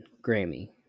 Grammy